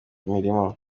imirimo